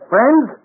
Friends